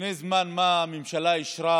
לפני זמן מה הממשלה אישרה